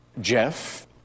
Jeff